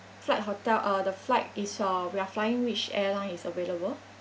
flight hotel uh the flight is a we're flying which airline is available